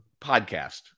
podcast